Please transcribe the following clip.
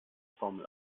formel